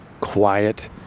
quiet